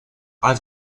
i’ve